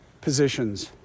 positions